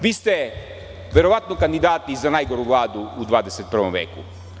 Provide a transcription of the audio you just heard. Vi ste verovatno kandidati za najgoru Vladu u 21. veku.